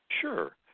Sure